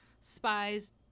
spies